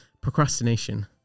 procrastination